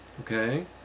Okay